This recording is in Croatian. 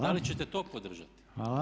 Da li ćete to podržati?